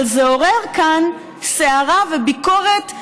אבל זה עורר כאן סערה וביקורת חד-משמעית,